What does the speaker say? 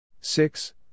Six